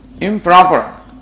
improper